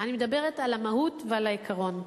אני מדברת על המהות ועל העיקרון.